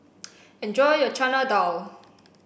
enjoy your Chana Dal